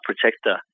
protector